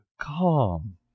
Calm